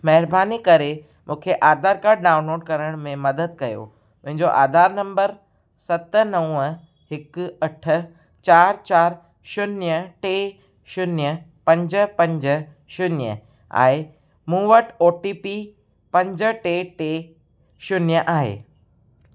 महिरबानी करे मूंखे आधार कार्ड डाउनलोड करण में मदद कयो मुंहिंजो आधार नंबर सत नव हिकु अठ चारि चारि शून्य टे शून्य पंज पंज शून्य आहे मूं वटि ओ टी पी पंज टे टे शून्य आहे